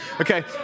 Okay